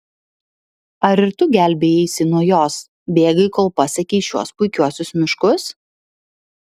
ar ir tu gelbėjaisi nuo jos bėgai kol pasiekei šiuos puikiuosius miškus